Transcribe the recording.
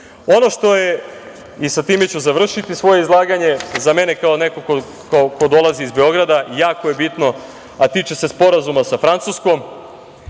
što je, i sa time ću završiti svoje izlaganje, za mene kao nekog ko dolazi iz Beograda jako je bitno, a tiče se sporazuma sa Francuskom,